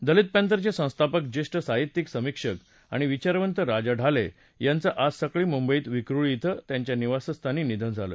दलित पॅंथरचे संस्थापक ज्येष्ठ साहित्यिक समीक्षक आणि विचारवंत राजा ढाले यांचं आज सकाळी मुंबईत विक्रोळी इथं त्यांच्या निवासस्थानी निधन झालं